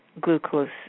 glucose